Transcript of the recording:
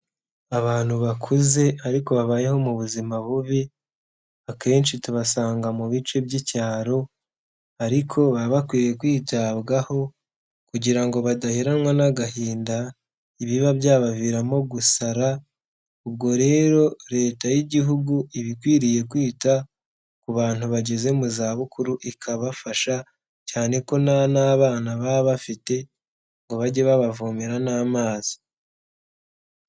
Abantu bakuze ariko babayeho mu buzima bubi akenshi tubasanga mu bice by'icyaro ariko baba bakwiye kwitabwaho kugira ngo badaheranwa n'agahinda, ibiba byabaviramo gusara, ubwo rero leta y'igihugu iba ikwiriye kwita ku bantu bageze mu zabukuru ikabafasha cyane ko nta n'abana baba bafite ngo bajye babavomera n'amazi.